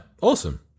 Awesome